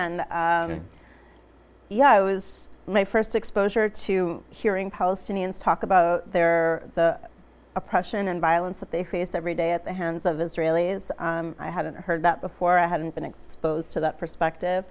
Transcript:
and yeah i was my first exposure to hearing palestinians talk about their oppression and violence that they face every day at the hands of israelis i hadn't heard that before i hadn't been exposed to that perspective